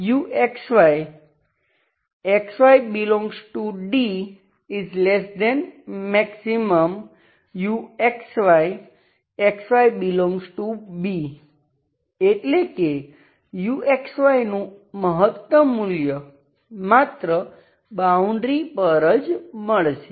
પછી uxy ∈D ≤maxuxy ∈B એટલે કે u નું મહત્તમ મૂલ્ય માત્ર બાઉન્ડ્રી પર જ મળશે